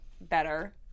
better